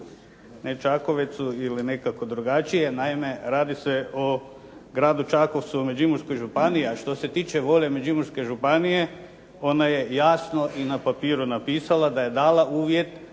ne Čakovecu ili nekako drugačije. Naime, radi se o Gradu Čakovcu u Međimurskoj županiji a što se tiče volje Međimurske županije ona je jasno i na papiru napisala da je dala uvjet